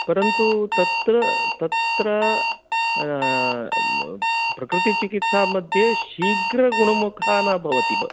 परन्तु तत्र तत्र प्रकृतिचिकित्सामध्ये शीघ्रगुणमुखा न भवति